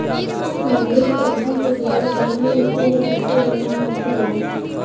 Hybrid सब्जी के बिया कवने मिट्टी में सबसे बढ़ियां होखे ला?